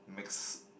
mixed